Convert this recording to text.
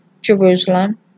Jerusalem